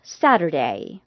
Saturday